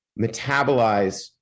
metabolize